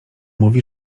mówi